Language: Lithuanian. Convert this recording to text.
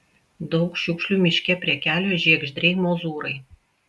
daug šiukšlių miške prie kelio žiegždriai mozūrai